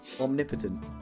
omnipotent